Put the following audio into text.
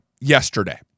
Yesterday